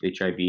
hiv